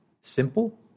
Simple